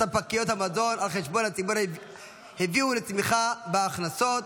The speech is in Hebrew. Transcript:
ספקיות המזון על חשבון הציבור הביאו לצמיחה בהכנסות.